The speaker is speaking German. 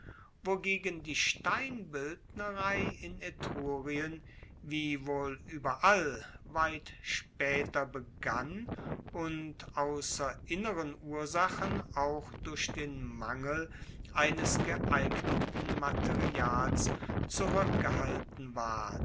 wogegen die steinbildnerei in etrurien wie wohl ueberall weit spaeter begann und ausser inneren ursachen auch durch den mangel eines geeigneten materials zurueckgehalten ward